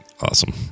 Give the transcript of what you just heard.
awesome